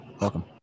Welcome